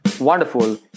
wonderful